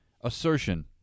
assertion